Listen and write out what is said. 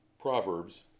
Proverbs